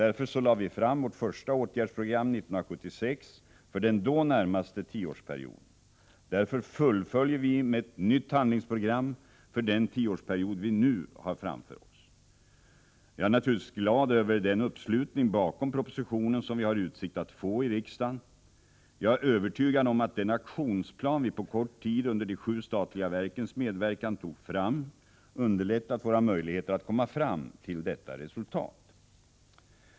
Därför lade vi fram vårt första åtgärdsprogram 1976 för den då närmaste tioårsperioden. Därför fullföljer vi med ett nytt handlingsprogram för den tioårsperiod vi nu har framför oss. Jag är naturligtvis glad över den uppslutning bakom propositionen som vi har utsikt att få i riksdagen. Jag är övertygad om att den aktionsplan vi på kort tid under de sju statliga verkens medverkan tog fram underlättat våra möjligheter att komma fram till detta resultat.